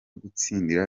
gutsinda